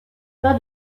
pas